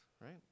right